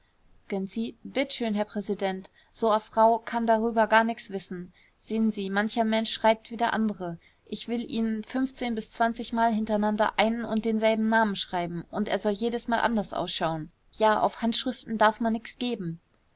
gönczi bitt schön herr präsident so a frau kann darüber gar nix wissen sehen sie mancher mensch schreibt wie der andere ich will ihnen bis mal hintereinander einen und denselben namen schreiben und er soll jedesmal anders ausschaun ja auf handschriften darf man nix geben